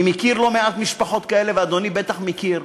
אני מכיר לא מעט משפחות כאלה, ואדוני בטח מכיר,